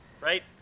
Right